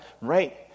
right